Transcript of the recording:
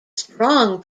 strong